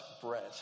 bread